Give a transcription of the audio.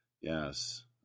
yes